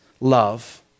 love